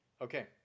Okay